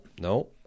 No